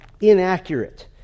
Inaccurate